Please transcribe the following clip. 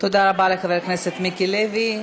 תודה רבה לחבר הכנסת מיקי לוי.